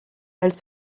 elles